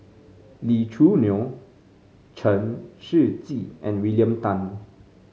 Lee Choo Neo Chen Shiji and William Tan